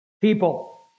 people